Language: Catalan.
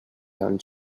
sant